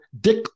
Dick